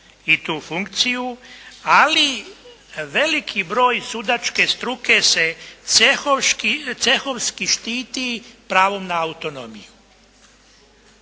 i tu funkciju ali veliki broj sudačke struke se cehovski štiti pravom na autonomiju